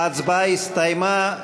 ההצבעה הסתיימה.